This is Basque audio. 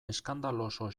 eskandaloso